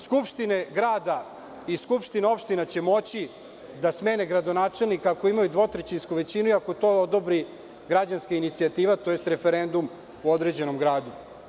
Skupštine grada i skupštine opštine će moći da smene gradonačelnika ako imaju dvotrećinsku većinu i ako to odobri građanska inicijativa, tj. referendum u određenom gradu.